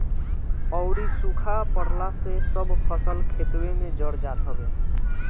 अउरी सुखा पड़ला से सब फसल खेतवे में जर जात हवे